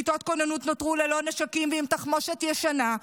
כיתות כוננות נותרו ללא נשקים ועם תחמושת ישנה.